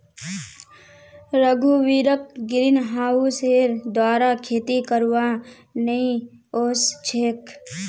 रघुवीरक ग्रीनहाउसेर द्वारा खेती करवा नइ ओस छेक